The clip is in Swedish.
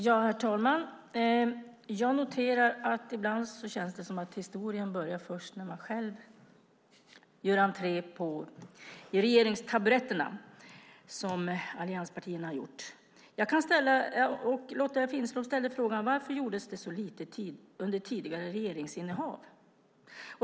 Herr talman! Ibland känns det som att historien för allianspartierna börjar först när de själva gör entré i regeringstaburetterna. Lotta Finstorp ställer frågan varför det gjordes så lite under tidigare regeringsinnehav.